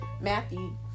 Matthew